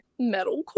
Metalcore